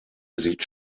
sieht